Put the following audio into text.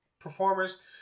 performers